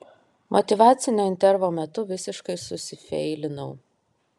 motyvacinio intervo metu visiškai susifeilinau